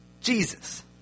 Jesus